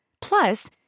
Plus